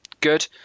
good